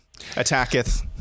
attacketh